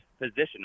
position